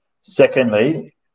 Secondly